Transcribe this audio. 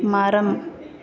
மரம்